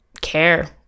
care